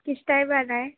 کس ٹائم آنا ہے